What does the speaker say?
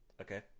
Okay